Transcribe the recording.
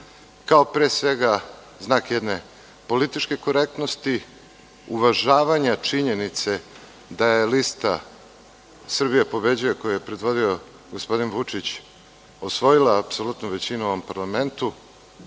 kao pre svega znak jedne političke korektnosti, uvažavanja činjenice da je lista „Srbija pobeđuje“ koju je predvodio gospodin Vučić osvojila apsolutnu većinu u ovom parlamentu,